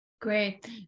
Great